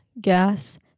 gas